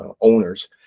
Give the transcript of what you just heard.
owners